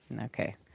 Okay